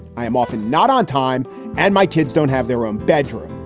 i am often not on time and my kids don't have their own bedroom.